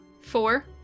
Four